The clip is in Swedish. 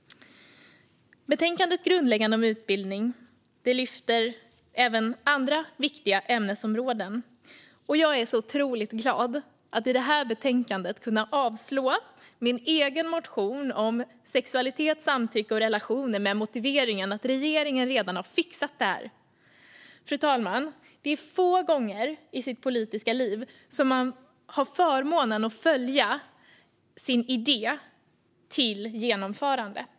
Betänkandet Grundläggande om utbildning lyfter fram även andra viktiga ämnesområden. Jag är så otroligt glad över att jag kan yrka avslag på min egen motion i betänkandet om sexualitet, samtycke och relationer med motiveringen att regeringen redan har fixat detta. Fru talman! Det är få gånger som man i sitt politiska liv har förmånen att följa sin idé till genomförande.